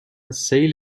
سیل